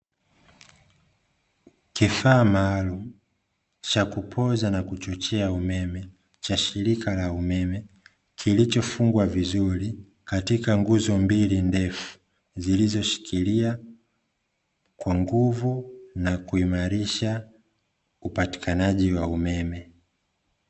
Kifaa maalumu cha kupoza na kuchochea umeme cha shirika la umeme, kilichofungwa vizuri katika nguzo mbili ndefu, zilizoshikilia kwa nguvu na kuimarisha upatikanaji wa umeme.